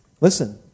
Listen